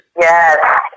Yes